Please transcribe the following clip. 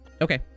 Okay